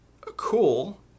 cool